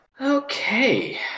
Okay